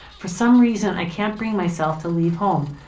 for some reason i can't bring myself to leave home.